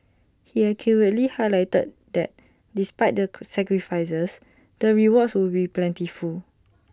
he accurately highlighted that despite the sacrifices the rewards would be plentiful